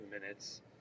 minutes